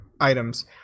items